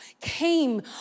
came